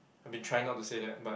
have been trying not to say that but